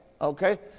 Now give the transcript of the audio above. Okay